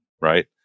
right